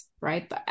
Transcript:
right